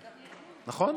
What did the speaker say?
נכון?